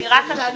לא,